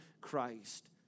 Christ